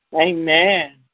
Amen